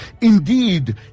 Indeed